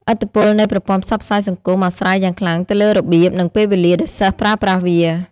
ឥទ្ធិពលនៃប្រព័ន្ធផ្សព្វផ្សាយសង្គមអាស្រ័យយ៉ាងខ្លាំងទៅលើរបៀប និងពេលវេលាដែលសិស្សប្រើប្រាស់វា។